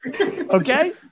okay